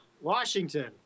Washington